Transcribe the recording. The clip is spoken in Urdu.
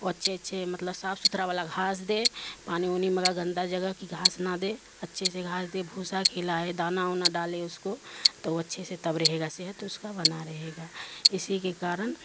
وہ اچھے اچھے مطلب صاف ستھرا والا گھاس دے پانی اونی میں اگر گندہ جگہ کی گھاس نہ دے اچھے سے گھاس دے بھوسا کھلا ہے دانا انا ڈالے اس کو تو وہ اچھے سے تب رہے گا صحت اس کا بنا رہے گا اسی کے کارن